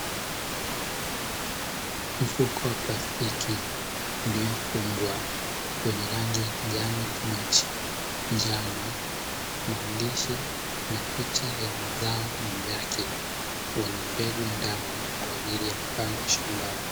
Mfuko wa plastiki uliofungwa, wenye rangi ya kijani kibichi, njano, maandishi na picha ya mazao juu yake, wenye mbegu ndani kwa ajili ya kupandwa shambani.